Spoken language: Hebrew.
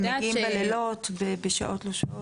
הם מגיעים בלילות בשעות לא שעות.